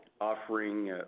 offering